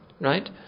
right